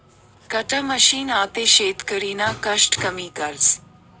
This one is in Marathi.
कटर मशीन आते शेतकरीना कष्ट कमी करस